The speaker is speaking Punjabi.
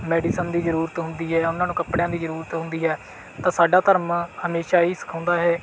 ਮੈਡੀਸਨ ਦੀ ਜ਼ਰੂਰਤ ਹੁੰਦੀ ਹੈ ਉਹਨਾਂ ਨੂੰ ਕੱਪੜਿਆਂ ਦੀ ਜ਼ਰੂਰਤ ਹੁੰਦੀ ਹੈ ਤਾਂ ਸਾਡਾ ਧਰਮ ਹਮੇਸ਼ਾ ਇਹ ਹੀ ਸਿਖਾਉਂਦਾ ਹੈ